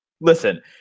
Listen